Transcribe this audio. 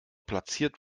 platziert